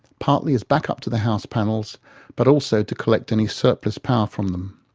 partly as back up to the house panels but also to collect any surplus power from them.